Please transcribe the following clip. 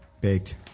Baked